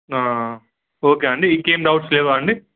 okay అండి ఇంకేం doubts లేవాా అండి